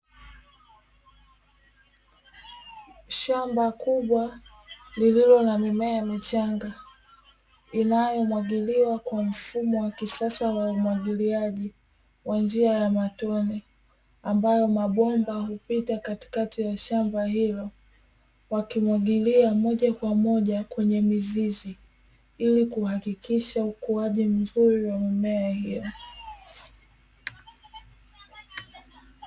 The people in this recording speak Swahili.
Shamba kubwa lililo na mimea michanga inayomwagiliwa kwa mfumo wa kisasa wa umwagiliaji wa njia ya matone, ambao mabomba hupita katikati ya shamba hilo yakimwagilia moja kwa moja kwenye mizizi ili kuhakikisha ukuaji mzuri wa mimea hiyo.